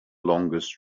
longest